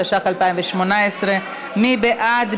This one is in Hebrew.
התשע"ח 2018. מי בעד?